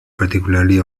particularly